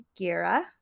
Gira